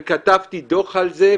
וגם כתבתי דוח על זה,